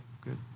good